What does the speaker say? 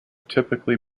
typically